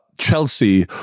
Chelsea